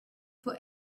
for